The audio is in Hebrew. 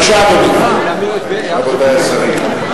אדוני היושב-ראש, רבותי השרים,